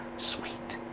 sweet.